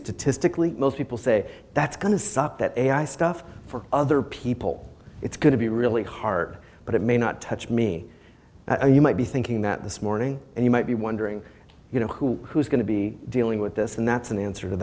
statistically most people say that's going to stop that ai stuff for other people it's going to be really hard but it may not touch me and you might be thinking that this morning and you might be wondering you know who is going to be dealing with this and that's an answer to